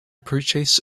purchase